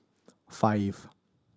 five